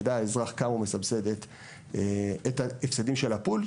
שיידע האזרח כמה הוא מסבסד את הפסדי הפול,